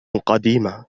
قديمة